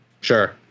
sure